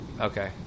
Okay